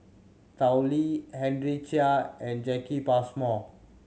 Tao Li Henry Chia and Jacki Passmore